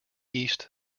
east